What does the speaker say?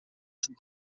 sul